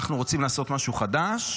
אנחנו רוצים לעשות משהו חדש.